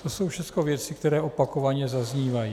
To jsou všechno věci, které opakovaně zaznívají.